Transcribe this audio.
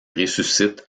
ressuscite